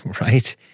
Right